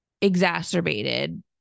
exacerbated